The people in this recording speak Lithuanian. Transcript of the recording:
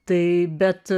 tai bet